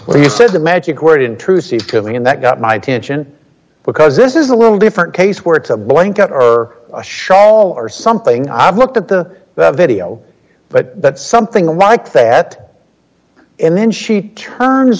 he said the magic word intrusive coming in that got my attention because this is a little different case where it's a blanket or a shawl or something i've looked at the that video but that's something like that and then she turns